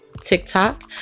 TikTok